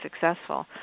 successful